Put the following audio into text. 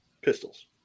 pistols